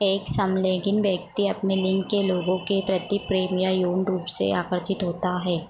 एक समलैंगिक व्यक्ति अपने लिंग के लोगों के प्रति प्रेम या यौन रूप से आकर्षित होता है